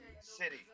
City